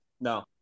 No